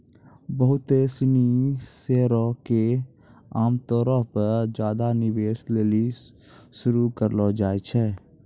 बहुते सिनी शेयरो के आमतौरो पे ज्यादे निवेश लेली शुरू करलो जाय छै